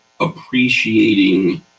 appreciating